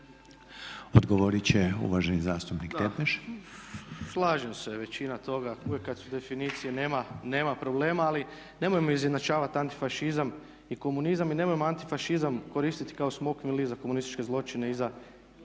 Odgovoriti će uvaženi zastupnik Tepeš. **Tepeš, Ivan (HSP AS)** Slažem se, većina toga, uvijek kada su definicije nema problema ali nemojmo izjednačavati antifašizam i komunizam i nemojmo antifašizam koristiti kao smokvin list za komunističke zločine i za